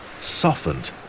softened